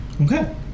Okay